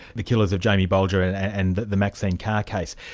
the killers of jamie bolger and and the the maxine carr case,